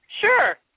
Sure